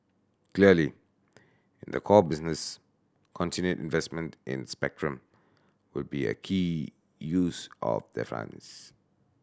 clearly in the core business continued investment in spectrum would be a key use of the funds